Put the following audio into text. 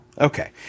Okay